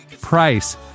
price